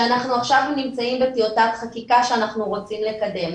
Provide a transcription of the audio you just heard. שאנחנו עכשיו נמצאים בטיוטת חקיקה שאנחנו רוצים לקדם,